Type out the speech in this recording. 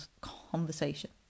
conversation